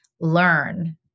learn